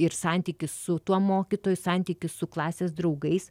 ir santykis su tuo mokytoju santykis su klasės draugais